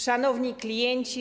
Szanowni Klienci!